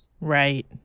Right